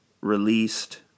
released